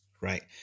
right